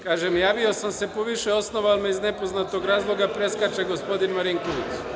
Kažem javio sam se po više osnova, ali me iz nepoznatog razloga preskače gospodin Marinković.